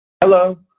Hello